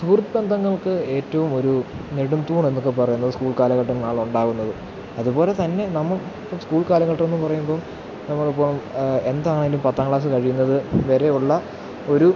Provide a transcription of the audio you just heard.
സുഹൃദ് ബന്ധങ്ങൾക്ക് ഏറ്റവും ഒരു നെടും തൂണെന്നൊക്കെ പറയുന്ന സ്കൂൾ കാലഘട്ടങ്ങളുണ്ടാവുന്നത് അതുപോലെ തന്നെ നമുക്ക് സ്കൂൾ കാലഘട്ടമെന്നു പറയുമ്പോള് നമ്മളിപ്പോള് എന്താണേലും പത്താം ക്ലാസ് കഴിയുന്നത് വരെ ഉള്ള ഒരു